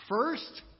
First